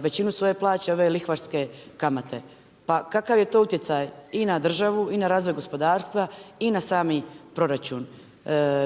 većinu svoje plaće ove lihvarske kamate. Pa kakav je to utjecaj i na državu i na razvoj gospodarstva i na sami proračun.